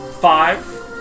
Five